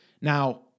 Now